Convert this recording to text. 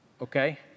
Okay